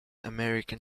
american